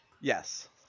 Yes